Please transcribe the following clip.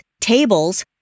tables